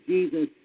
Jesus